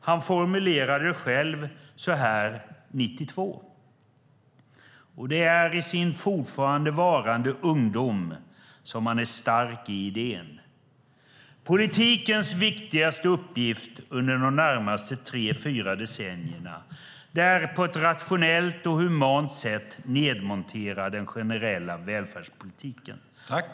Han formulerade det själv så här 1992, då han i sin fortfarande varande ungdom var stark i idén: Politikens viktigaste uppgift under de närmaste tre fyra decennierna är att på ett rationellt och humant sätt nedmontera den generella välfärdspolitiken.